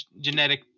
genetic